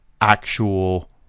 actual